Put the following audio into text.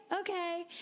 Okay